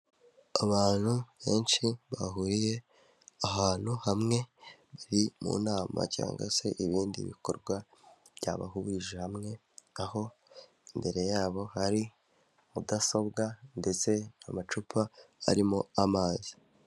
Abantu benshi bahuriye ahantu hamwe bari mu nama cyangwa se ibindi bikorwa byabahurije hamwe, aho imbere yabo hari mudasobwa ndetse n'amacupa arimo amazi.